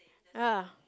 ya